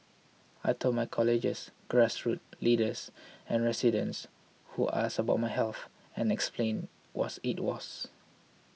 I told my colleagues grassroots leaders and residents who asked about my health and explained was it was